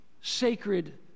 sacred